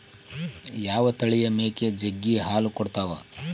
ಯಾವ ತಳಿಯ ಮೇಕೆ ಜಗ್ಗಿ ಹಾಲು ಕೊಡ್ತಾವ?